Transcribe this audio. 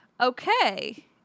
Okay